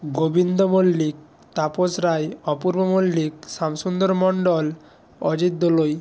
Govinda Mallick Tapas Roy Apurba Mallick Shyamsundar Mondal Ajit Dolui